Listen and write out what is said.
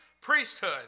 priesthood